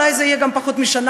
אולי זה יהיה פחות משנה,